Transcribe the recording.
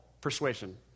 persuasion